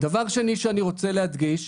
דבר שני שאני רוצה להדגיש,